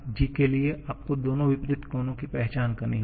g के लिए आपको दोनों विपरीत कोनों की पहचान करनी होगी